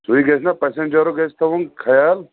سُے گژھِ نہ پَسَنجَرُک گَژھِ تھاوُن خیال